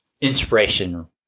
inspiration